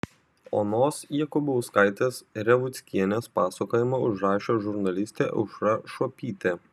onos jakubauskaitės revuckienės pasakojimą užrašė žurnalistė aušra šuopytė